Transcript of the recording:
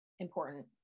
important